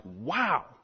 wow